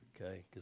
Okay